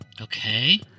Okay